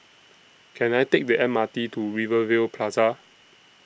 Can I Take The M R T to Rivervale Plaza